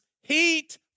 heat